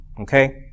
okay